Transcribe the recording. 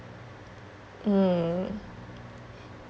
hmm